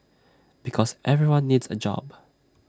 because everyone needs A job